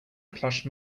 plush